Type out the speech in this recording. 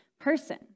person